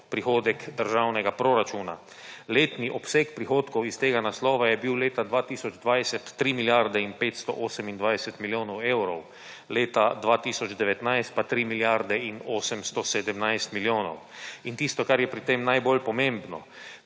prihodek državnega proračuna. Letni obseg prihodkov iz tega naslova je bil leta 2020 3 milijarde in 528 milijonov evrov, leta 2019 pa 3 milijarde in 817 milijonov. In tisto kar je pri tem najbolj pomembno,